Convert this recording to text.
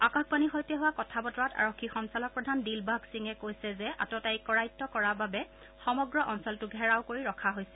আকাশবাণীৰ সৈতে হোৱা কথা বতৰাত আৰক্ষী সঞ্চালক প্ৰধান দিলবাঘ সিঙে কৈছে যে আততায়ীক কৰায়ত্ত কৰাৰ বাবে সমগ্ৰ অঞ্চলটো ঘেৰাও কৰি ৰখা হৈছে